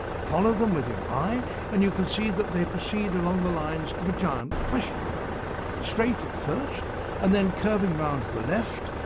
follow them with your eye and you can see that they proceed along the lines of a giant question mark, straight at first and then curving around to the left,